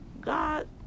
God